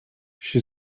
she